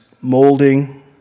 molding